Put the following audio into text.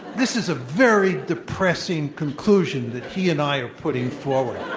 this is a very depressing conclusion that he and i are putting forward.